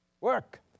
work